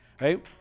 Right